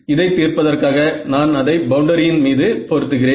இதை தீர்ப்பதற்காக நான் அதை பவுண்டரியின் மீது பொருத்துகிறேன்